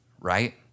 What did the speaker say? right